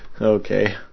Okay